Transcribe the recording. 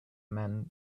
men